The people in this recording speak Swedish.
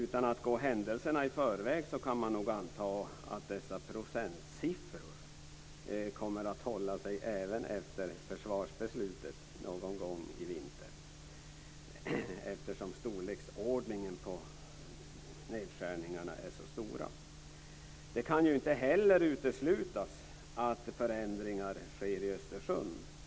Utan att gå händelserna i förväg kan man nog anta att dessa procentsiffror kommer att hålla sig även efter försvarsbeslutet någon gång i vinter, eftersom nedskärningarna är så stora. Det kan ju inte heller uteslutas att förändringar sker i Östersund.